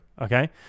Okay